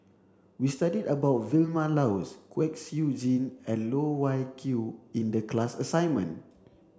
we studied about Vilma Laus Kwek Siew Jin and Loh Wai Kiew in the class assignment